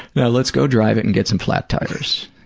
now let's go drive it and get some flat tires.